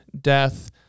death